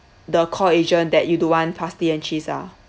the call agent that you don't want parsley and cheese ah